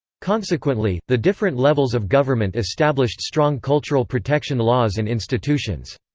consequently, the different levels of government established strong cultural protection laws and institutions.